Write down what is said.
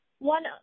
One